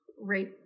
right